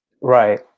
Right